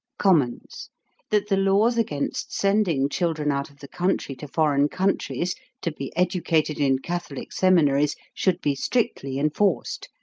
commons that the laws against sending children out of the country to foreign countries to be educated in catholic seminaries should be strictly enforced,